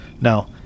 Now